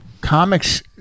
Comics